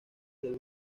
del